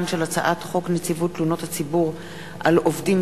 הצעת חוק סיוע לשדרות וליישובי הנגב המערבי (הוראת שעה) (תיקון,